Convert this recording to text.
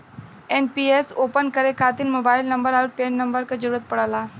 NPS open करे खातिर mobile number आउर पैन नंबर क जरुरत पड़ला